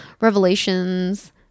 revelations